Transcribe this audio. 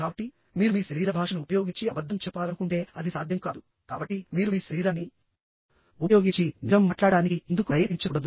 కాబట్టిమీరు మీ శరీర భాషను ఉపయోగించి అబద్ధం చెప్పాలనుకుంటే అది సాధ్యం కాదుకాబట్టి మీరు మీ శరీరాన్ని ఉపయోగించి నిజం మాట్లాడటానికి ఎందుకు ప్రయత్నించకూడదు